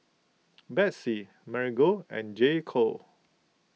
Betsy Marigold and J Co